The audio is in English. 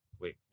wait